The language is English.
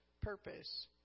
purpose